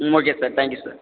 ம் okay sir thank you sir